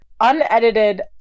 unedited